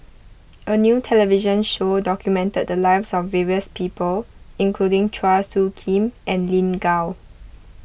a new television show documented the lives of various people including Chua Soo Khim and Lin Gao